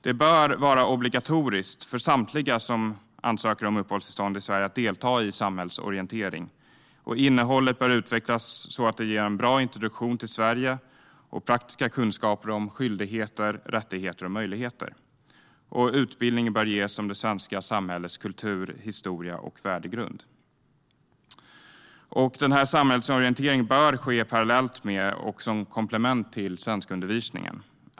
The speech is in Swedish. Det bör vara obligatoriskt för samtliga som ansöker om uppehållstillstånd i Sverige att delta i samhällsorientering. Innehållet bör utvecklas så att det ger en bra introduktion till Sverige och praktiska kunskaper om skyldigheter, rättigheter och möjligheter. Utbildning bör ges om det svenska samhällets kultur, historia och värdegrund. Denna samhällsorientering bör ske parallellt med och som ett komplement till svenskundervisningen.